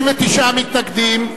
39 מתנגדים,